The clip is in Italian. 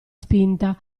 spinta